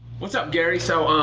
what's up, gary. so,